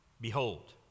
Behold